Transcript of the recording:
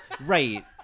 right